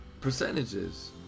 percentages